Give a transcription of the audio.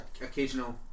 Occasional